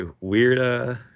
weird